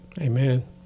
Amen